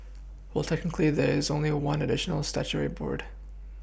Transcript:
well technically there is only one additional statutory board